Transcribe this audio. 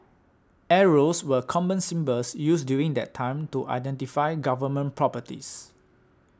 arrows were common symbols used during that time to identify Government properties